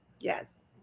Yes